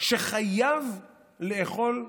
שחייב לאכול לחם.